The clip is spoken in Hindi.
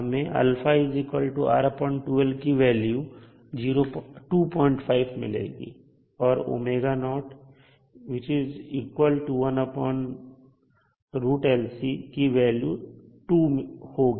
हमें α R2L की वैल्यू 25 मिलेगी और की वैल्यू 2 होगी